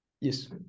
Yes